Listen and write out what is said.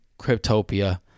Cryptopia